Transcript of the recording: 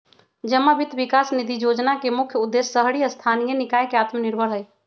जमा वित्त विकास निधि जोजना के मुख्य उद्देश्य शहरी स्थानीय निकाय के आत्मनिर्भर हइ